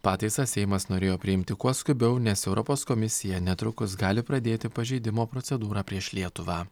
pataisą seimas norėjo priimti kuo skubiau nes europos komisija netrukus gali pradėti pažeidimo procedūrą prieš lietuvą